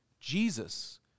Jesus